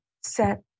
set